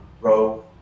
Row